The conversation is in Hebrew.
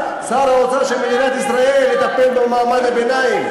שר האוצר של מדינת ישראל יטפל במעמד הביניים.